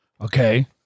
Okay